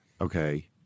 okay